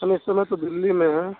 हम इस समय तो दिल्ली में हैं